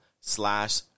slash